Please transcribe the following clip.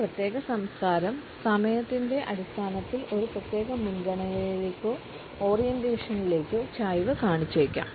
ഒരു പ്രത്യേക സംസ്കാരം സമയത്തിന്റെ അടിസ്ഥാനത്തിൽ ഒരു പ്രത്യേക മുൻഗണനയിലേക്കോ ഓറിയന്റേഷനിലേക്കോ ചായ്വ് കാണിച്ചേക്കാം